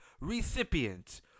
recipient